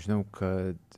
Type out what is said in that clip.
žinau kad